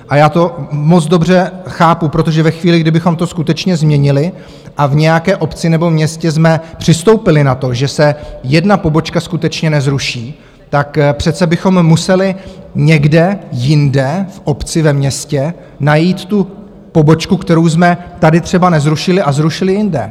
A já to moc dobře chápu, protože ve chvíli, kdy bychom to skutečně změnili a v nějaké obci nebo městě přistoupili na to, že se jedna pobočka skutečně nezruší, tak přece bychom museli někde jinde v obci, ve městě najít tu pobočku, kterou jsme tady třeba nezrušili a zrušili jinde.